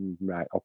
right